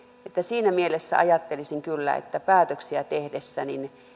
että siinä mielessä ajattelisin kyllä että päätöksiä tehdessä